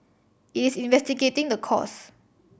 it's investigating the cause